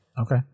okay